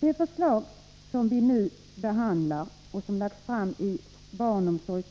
Det förslag till nytt statsbidragssystem för barnomsorgen som lagts fram i